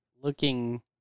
looking